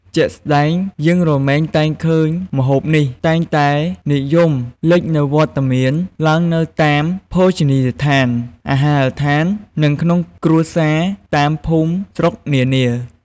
ជាក់ស្តែងយើងរមែងតែងឃើញម្ហូបនេះ តែងតែនិយមលេចនូវវត្តមានឡើងនៅតាមភោជនីយដ្ឋាន អាហារដ្ឋាន និងក្នុងគ្រួសារតាមភូមិស្រុកនានា។